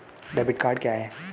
Debit card क्या है?